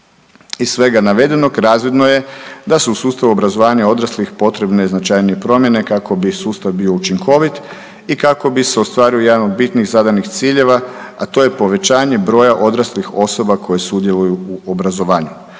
Iz svega navedenog, razvidno je da su u sustavu obrazovanja odraslih potrebne značajnije promjene kako bi sustav bio učinkovit i kako bi se ostvario jedan od bitnih zadanih ciljeva, a to je povećanje broja odraslih osoba koje sudjeluju u obrazovanju.